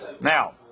Now